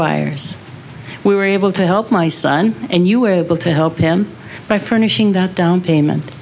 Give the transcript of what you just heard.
buyers we were able to help my son and you were able to help him by furnishing that downpayment